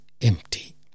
empty